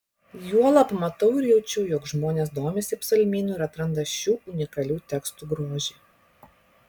juolab matau ir jaučiu jog žmonės domisi psalmynu ir atranda šių unikalių tekstų grožį